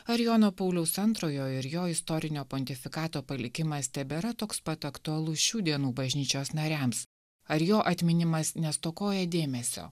ar jono pauliaus antrojo ir jo istorinio pontifikato palikimas tebėra toks pat aktualus šių dienų bažnyčios nariams ar jo atminimas nestokoja dėmesio